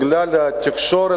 בגלל התקשורת,